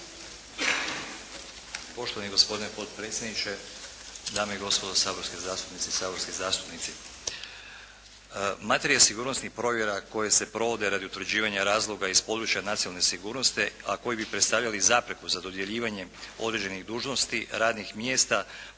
Poštovani gospodine potpredsjedniče, dame i gospodo saborske zastupnice i saborski zastupnici. Materije sigurnosnih provjera koje se provode radi utvrđivanja razloga iz područja nacionalne sigurnosti, ako koji bi predstavljali zapreku za dodjeljivanje određenih dužnosti, radnih mjesta,